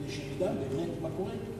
כדי שנדע באמת מה קורה.